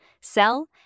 sell